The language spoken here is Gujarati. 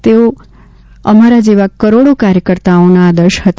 તેઓ અમારા જેવા કરોડો કાર્યકર્તાઓના આદર્શ હતા